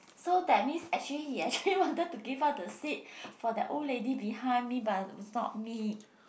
so that means actually he actually wanted to give up the seat for the old lady behind me but it was not me